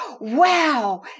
wow